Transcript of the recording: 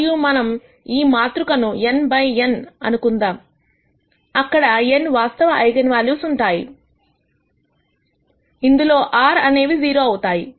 మరియు మనం ఈ మాతృకను n బై n అనుకుందాం అక్కడ n వాస్తవ ఐగన్ వాల్యూస్ ఉంటాయి ఇందులో r అనేవి 0 అవుతాయి